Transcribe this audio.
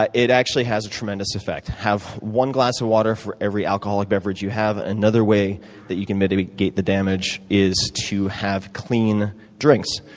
ah it actually has a tremendous effect. have one glass of water for every alcoholic beverage you have. another way that you can mitigate the damage is to have clean drinks.